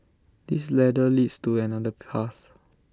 this ladder leads to another path